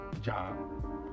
job